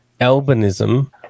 albinism